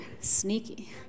sneaky